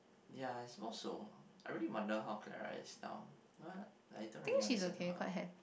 ya I suppose so I really wonder how Clara is now but I really don't understand her